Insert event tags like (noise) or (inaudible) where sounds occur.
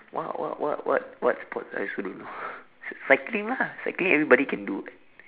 what what what what what sports I also don't know (laughs) cycling lah cycling everybody can do [what]